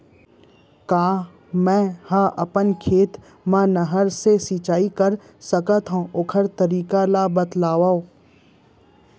का मै ह अपन खेत मा नहर से सिंचाई कर सकथो, ओखर तरीका ला बतावव?